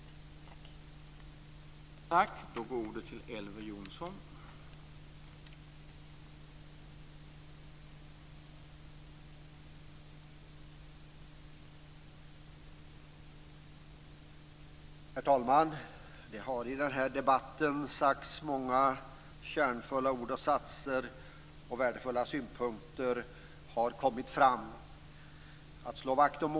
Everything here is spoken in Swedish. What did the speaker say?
Tack!